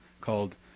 called